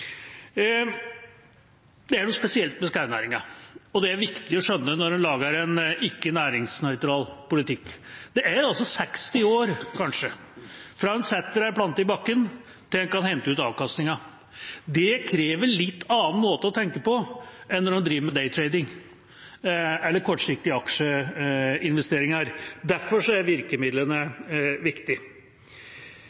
Det er noe spesielt med skognæringen, og det er viktig å skjønne når en lager en ikke-næringsnøytral politikk. Det går 60 år, kanskje, fra en setter ned en plante i bakken, til en kan hente ut avkastningen, og det krever en litt annen måte å tenke på enn når en driver med «day-trading», eller kortsiktige aksjeinvesteringer. Derfor er virkemidlene